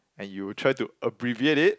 and you try to abbreviate it